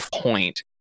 point